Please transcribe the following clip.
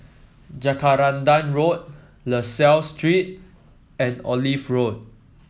Jacaranda Road La Salle Street and Olive Road